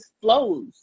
flows